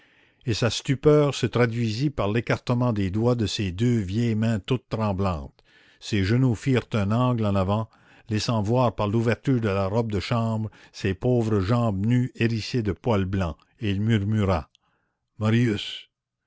et sa stupeur se traduisit par l'écartement des doigts de ses deux vieilles mains toutes tremblantes ses genoux firent un angle en avant laissant voir par l'ouverture de la robe de chambre ses pauvres jambes nues hérissées de poils blancs et il murmura marius